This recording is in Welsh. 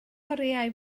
oriau